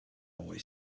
boy